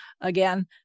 again